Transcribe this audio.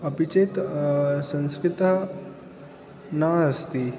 अपि चेत् संस्कृतः नास्ति